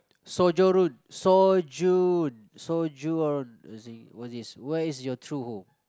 sojourn sojourn sojourn what is this what is your true home